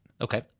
Okay